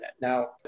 Now